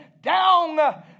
down